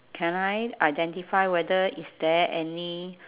can I identify whether is there any